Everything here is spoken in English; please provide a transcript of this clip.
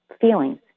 feelings